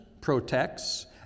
protects